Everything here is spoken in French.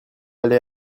aller